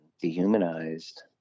dehumanized